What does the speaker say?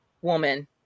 woman